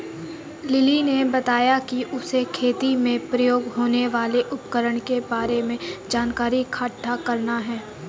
lily ने बताया कि उसे खेती में प्रयोग होने वाले उपकरण के बारे में जानकारी इकट्ठा करना है